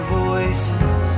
voices